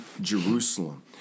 jerusalem